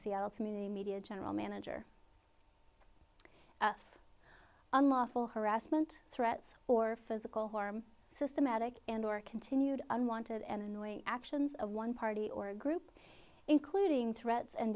seattle community media general manager of unlawful harassment threats or physical harm systematic and or continued unwanted and annoying actions of one party or a group including threats and